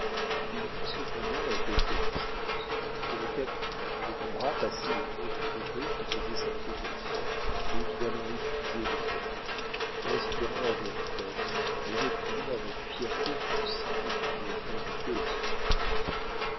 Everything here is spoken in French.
il vit cependant à quelque distance que le captif avait un bras passé autour du poteau qui faisait sa protection évidemment épuisé de fatigue respirant avec peine mais réprimant avec fierté tout signe qui pourrait indiquer la souffrance